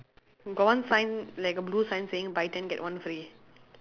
got one sign like a blue sign saying buy ten get one free